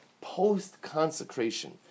post-consecration